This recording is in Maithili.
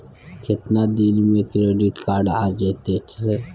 केतना दिन में क्रेडिट कार्ड आ जेतै सर?